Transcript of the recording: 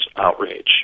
outrage